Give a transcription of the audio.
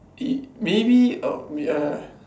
!ee! maybe uh ya